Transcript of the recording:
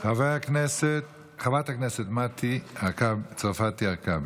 חברת הכנסת מטי צרפתי הרכבי.